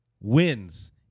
wins